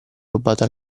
rubato